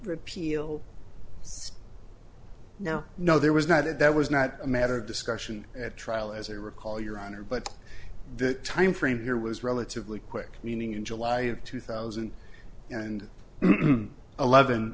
repeal now know there was not it that was not a matter of discussion at trial as i recall your honor but the timeframe here was relatively quick meaning in july of two thousand and eleven